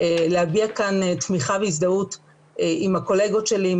להביע כאן תמיכה והזדהות עם הקולגות שלי,